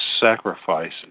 sacrifices